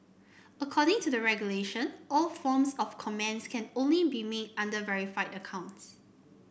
according to the regulation all forms of comments can only be made under verified accounts